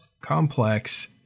complex